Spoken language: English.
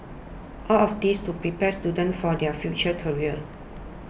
all of this to prepare students for their future career